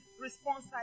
response